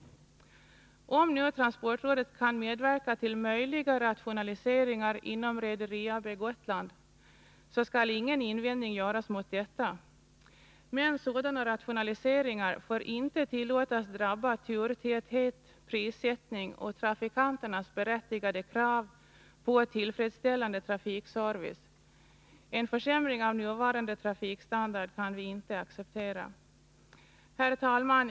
Om nu transportrådet kan medverka till möjliga rationaliseringar inom Rederi AB Gotland, så skall ingen invändning göras mot detta, men sådana rationaliseringar får inte tillåtas drabba turtäthet, prissättning eller trafikanternas berättigade krav på tillfredsställande trafikservice. En försämring av nuvarande trafikstandard kan vi inte acceptera. Herr talman!